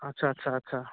আচ্ছা আচ্ছা আচ্ছা